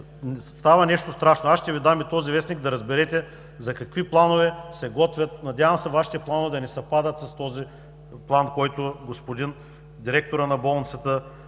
става нещо страшно. Аз ще Ви дам и този вестник, за да разберете какви планове се готвят. Надявам се Вашите планове да не съвпадат с този план, който господин директорът на болницата